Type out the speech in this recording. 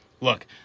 look